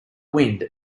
wind